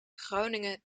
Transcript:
groningen